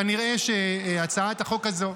כנראה שהצעת החוק הזאת,